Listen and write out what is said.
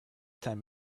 time